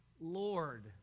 Lord